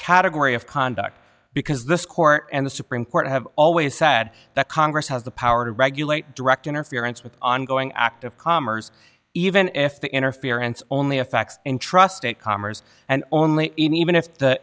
category of conduct because this court and the supreme court have always sad that congress has the power to regulate direct interference with ongoing active commerce even if the interference only affects in trust and commerce and only even if the